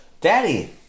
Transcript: Daddy